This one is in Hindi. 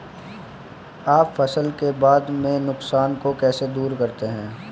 आप फसल के बाद के नुकसान को कैसे दूर करते हैं?